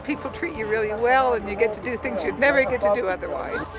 people treat you really well and you get to do things you'd never get to do otherwise.